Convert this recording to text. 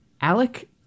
alec